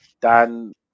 Dan